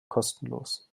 kostenlos